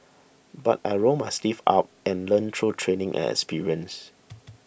but I rolled my sleeves up and learnt through training and experience